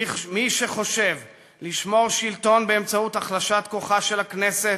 מי שחושב לשמור שלטון באמצעות החלשת כוחה של הכנסת,